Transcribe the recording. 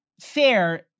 fair